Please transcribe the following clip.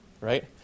right